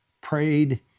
prayed